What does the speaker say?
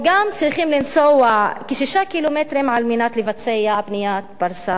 גם צריכים לנסוע כ-6 קילומטרים על מנת לבצע פניית פרסה במקום.